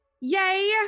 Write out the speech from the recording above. Yay